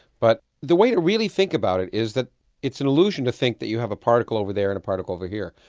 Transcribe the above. but the way to really think about it is it's an illusion to think that you have a particle over there and a particle over here,